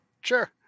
Sure